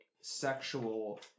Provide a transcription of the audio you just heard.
sexual